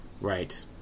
Right